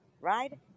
right